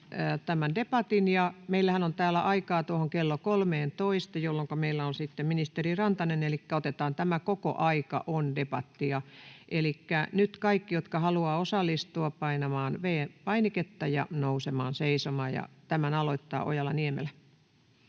debatin. Meillähän on täällä aikaa tuohon kello 13 asti, jolloinka meillä on sitten ministeri Rantanen. Elikkä otetaan tämä koko aika debattia. Nyt kaikki, jotka haluavat osallistua, painamaan V-painiketta ja nousemaan seisomaan. — Tämän aloittaa Ojala-Niemelä,